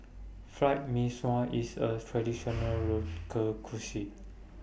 Fried Mee Sua IS A Traditional Local Cuisine